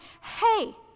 hey